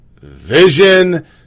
vision